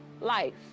life